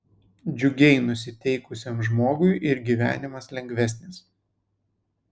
džiugiai nusiteikusiam žmogui ir gyvenimas lengvesnis